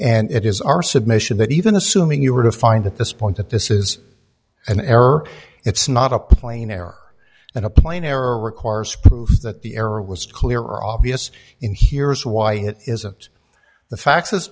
and it is our submission that even assuming you were to find at this point that this is an error it's not a plain error and a plain error requires proof that the error was clear or obvious in here's why it isn't the fa